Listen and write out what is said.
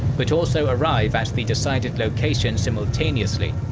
but also arrive at the decided location simultaneously.